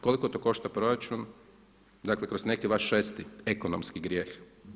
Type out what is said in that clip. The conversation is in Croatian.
Koliko to košta proračun, dakle kroz neki vaš 6.-ti ekonomski grijeh?